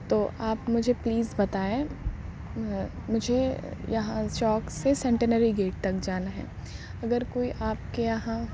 تو آپ مجھے پلیز بتائیں مجھے یہاں چوک سے سینٹنری گیٹ تک جانا ہے اگر کوئی آپ کے یہاں